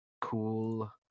cool